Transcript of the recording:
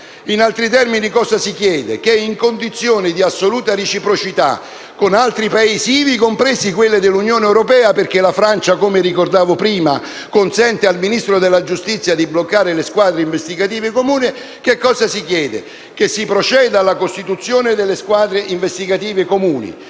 In altri termini, si chiede che in condizioni di assoluta reciprocità con altri Paesi, ivi compresi quelli dell'Unione europea (perché la Francia, come ricordavo prima, consente al Ministro della giustizia di bloccare le squadre investigative comuni), si proceda alla costituzione delle squadre investigative comuni